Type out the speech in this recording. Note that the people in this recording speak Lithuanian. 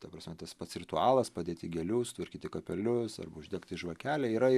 ta prasme tas pats ritualas padėti gėlių sutvarkyti kapelius arba uždegti žvakelę yra ir